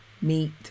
meet